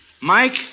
Mike